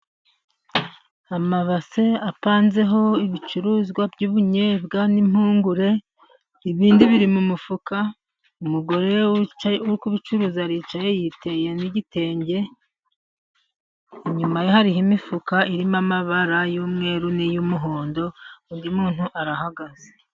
Amabase apanzeho ibicuruzwa by'ubunyobwa n'impungure, ibindi biri mu mufuka, umugore uri kubicuruzi aricaye yiteye n'igitenge, inyuma ye hariho imifuka irimo amabara y'umweru, n'iy'umuhondo, undi muntu arahagaze.